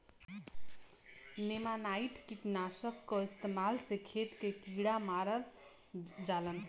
नेमानाइट कीटनाशक क इस्तेमाल से खेत के कीड़ा मर जालन